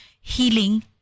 healing